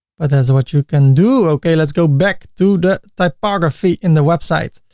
but that's what you can do. okay. let's go back to the typography in the website.